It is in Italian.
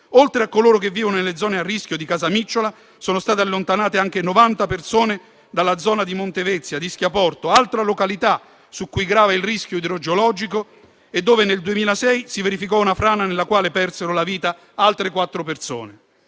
oltre a coloro che vivono nelle zone a rischio di Casamicciola, sono state allontanate anche 90 persone dalla zona di Monte Vezzi, ad Ischia Porto, altra località su cui grava il rischio idrogeologico e dove nel 2006 si verificò una frana, nella quale persero la vita altre quattro persone.